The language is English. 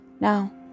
Now